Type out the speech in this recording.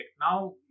Now